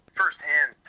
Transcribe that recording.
firsthand